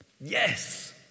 Yes